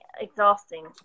exhausting